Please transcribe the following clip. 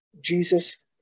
Jesus